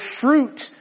fruit